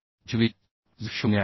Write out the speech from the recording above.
25 J 0